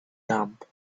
dumb